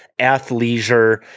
athleisure